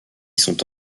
sont